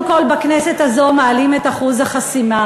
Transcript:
שבכנסת הזו קודם כול מעלים את אחוז החסימה,